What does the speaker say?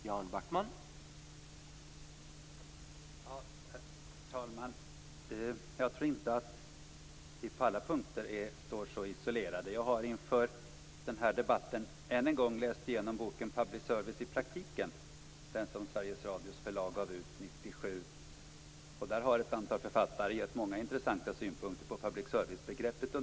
Herr talman! Jag tror inte att vi på alla punkter står så isolerade. Jag har inför den här debatten än en gång läst igenom boken Public service i praktiken, som Sveriges Radios förlag gav ut 1997. Där har ett antal författare gett många intressanta synpunkter på public service-begreppet.